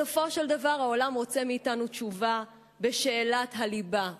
בסופו של דבר העולם רוצה מאתנו תשובה בשאלת הליבה,